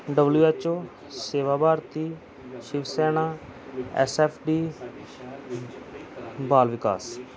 W H O Seva Bharati Shiv Sena S F D Bal Vikas